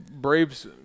braves